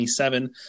27